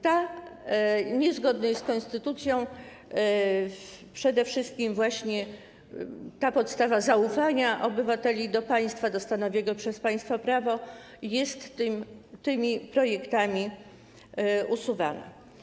Ta niezgodność z konstytucją, przede wszystkim właśnie ta podstawa zaufania obywateli do państwa, do stanowionego przez państwo prawa, jest tymi projektami usuwana.